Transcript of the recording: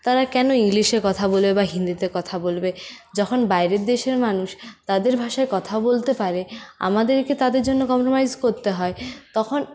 তারা কেন ইংলিশে কথা বলবে বা হিন্দিতে কথা বলবে যখন বাইরের দেশের মানুষ তাদের ভাষায় কথা বলতে পারে আমাদেরকে তাদের জন্য কম্প্রোমাইজ করতে হয় তখন